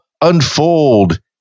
unfold